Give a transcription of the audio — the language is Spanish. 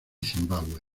zimbabue